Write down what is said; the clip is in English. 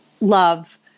love